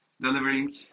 delivering